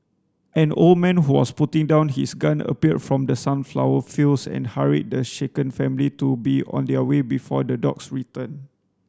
an old man who was putting down his gun appeared from the sunflower fields and hurried the shaken family to be on their way before the dogs return